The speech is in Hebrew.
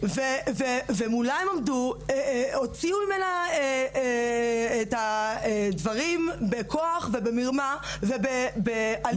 הוציאו ממנה דברים בכוח ובמרמה ובאלימות.